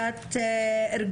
לך,